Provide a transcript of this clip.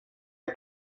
are